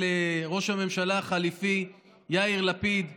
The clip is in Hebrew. ראש הממשלה החליפי יאיר לפיד לאנטישמיות,